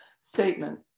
statement